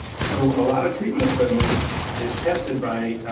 so a lot of treatment equipment is tested by.